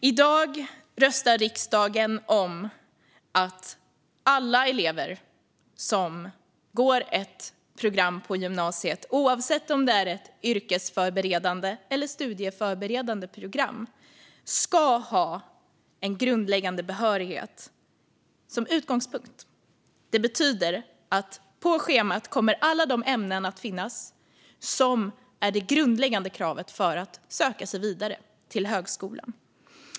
I dag ska riksdagen rösta om att alla elever som går ett program på gymnasiet, oavsett om det är ett yrkesförberedande eller ett studieförberedande program, ska ha en grundläggande behörighet som utgångspunkt. Det betyder att på schemat kommer alla de ämnen att finnas som är det grundläggande kravet för att söka sig vidare till högskolan.